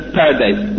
paradise